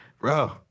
bro